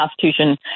constitution